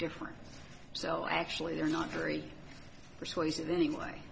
different so actually they're not very persuasive anyway